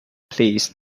please